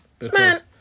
Man